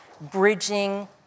bridging